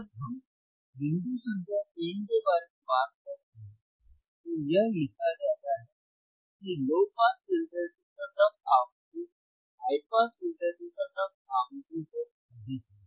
जब हम बिंदु संख्या 3 के बारे में बात करते हैं तो यह लिखा जाता है कि लो पास फिल्टर की कट ऑफ आवृत्ति हाई पास फिल्टर की कट ऑफ आवृत्ति से अधिक है